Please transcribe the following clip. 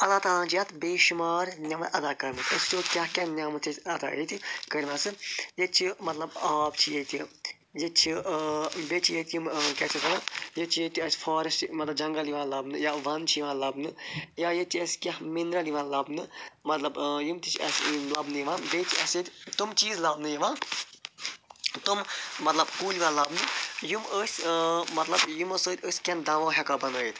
اللہ تعالیٰ ہَن چھِ یتھ بے شُمار نعمت عطا کٔرمٕژ أسۍ وٕچھو کیاہ کیاہ نعمت چھِ اَسہِ ییٚتہِ کٔرۍمَژٕ ییٚتہِ چھِ مَطلَب آب چھِ ییٚتہِ ییٚتہِ چھِ بیٚیہِ چھِ ییٚتہِ یِم کیاہ چھِ یتھ ونان بیٚیہِ چھِ ییٚتہِ اَسہِ فارٮ۪سٹ مَطلَب جَنگَل یِوان لَبنہٕ یا ون چھِ یِوان لبنہٕ یا ییٚتہِ چھِ اَسہِ کینٛہہ مِنرَل یِوان لَبنہٕ مطلب یِم تہِ چھِ اَسہِ لَبنہٕ یِوان بیٚیہِ چھِ اَسہِ ییٚتہِ تِم چیٖز لبنہٕ یِوان تِم مَطلَب کُلۍ یِوان لبنہٕ یِم ٲسۍ مَطلَب یِمو سۭتۍ أسۍ کینٛہہ دوا ہٮ۪کا بَنٲیِتھ